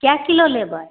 कए किलो लेबै